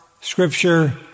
Scripture